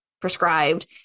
prescribed